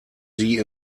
sie